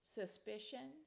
suspicion